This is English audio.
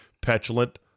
petulant